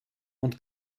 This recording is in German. und